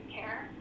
care